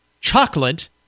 chocolate